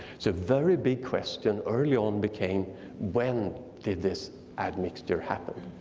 so a very big question early on became when did this admixture happen?